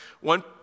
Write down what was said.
one